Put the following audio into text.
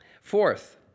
Fourth